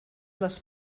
les